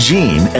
Jean